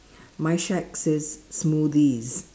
my shack says smoothies